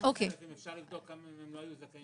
אם אפשר גם לבדוק אם הם לא היו זכאים